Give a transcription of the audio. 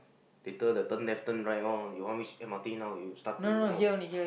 later they turn left turn right all you want which M_R_T now you start to you know